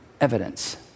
evidence